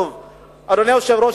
אדוני היושב-ראש,